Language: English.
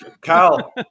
Carl